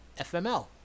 FML